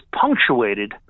punctuated